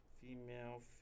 female